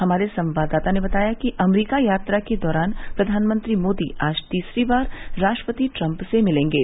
हमारे संवाददाता ने बताया है कि अमरीका यात्रा के दौरान प्रधानमंत्री मोदी आज तीसरी बार राष्ट्रपति ट्रम्प से मिलेंगे